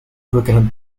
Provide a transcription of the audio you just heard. birkenhead